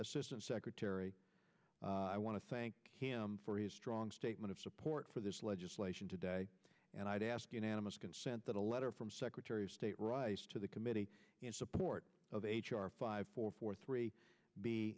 assistant secretary i want to thank him for his strong statement of support for this legislation today and i'd ask unanimous consent that a letter from secretary of state rice to the committee support of h r five four four three b